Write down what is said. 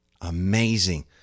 Amazing